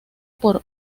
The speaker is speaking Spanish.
por